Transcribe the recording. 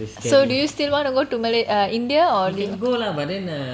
so do you still want to go to malay~ err india or lea~